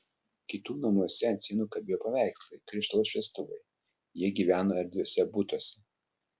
kitų namuose ant sienų kabėjo paveikslai krištolo šviestuvai jie gyveno erdviuose butuose